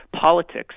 politics